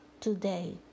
today